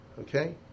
Okay